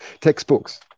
textbooks